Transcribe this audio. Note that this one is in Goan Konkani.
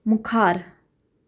मुखार